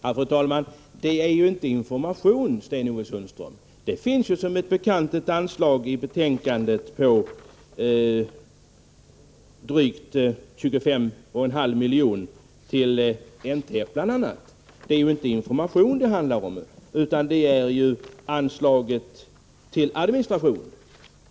Fru talman! Det är inte fråga om information, Sten-Ove Sundström. Det finns som bekant ett anslag i betänkandet på 25,5 milj.kr. till bl.a. NTF. Det är inte information det handlar om, utan om anslaget till administration.